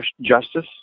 Justice